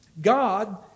God